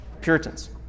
Puritans